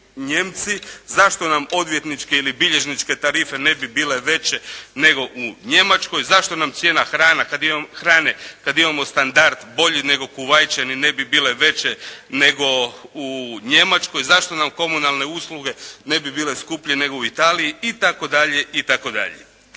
Zašto nam odvjetničke ili bilježničke tarife ne bi bile veće, nego u Njemačkoj? Zašto nam cijena hrane kad imamo standard bolji nego Kuvajčani ne bi bile veće nego u Njemačkoj? Zašto nam komunalne usluge ne bi bile skuplje nego u Italiji itd. itd.